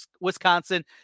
Wisconsin